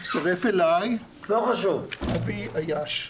מצטרף אלי אבי עייש.